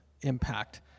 impact